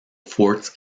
forts